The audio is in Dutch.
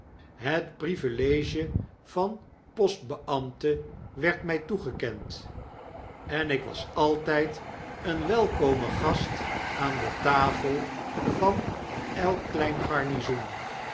het privilegie van postbeambte werd mg toegekend en ik was altyd een welkome gast aan de tafel van elk klein garnizoen